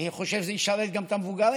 אני חושב שזה ישרת גם את המבוגרים,